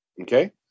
okay